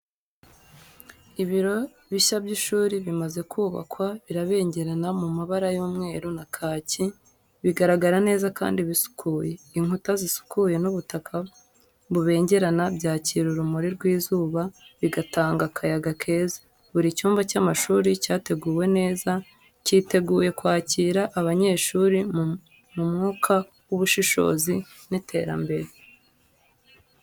Ibiro bishya by’ishuri bimaze kubakwa birabengerana mu mabara y’umweru na kaki, bigaragara neza kandi bisukuye. Inkuta zisukuye n’ubutaka bubengerana byakira urumuri rw’izuba, bigatanga akayaga keza. Buri cyumba cy’amashuri cyateguwe neza, cyiteguye kwakira abanyeshuri mu mwuka w’ubushishozi n’iterambere.